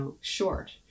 short